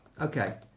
okay